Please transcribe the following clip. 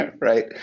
right